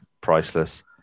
priceless